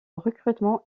recrutement